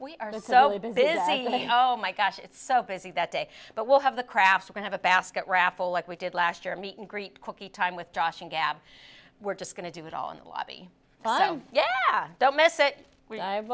just so we've been busy oh my gosh it's so busy that day but we'll have the craft we have a basket raffle like we did last year meet and greet cookie time with josh and gab we're just going to do it all in the lobby thought oh yeah don't miss it